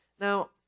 Now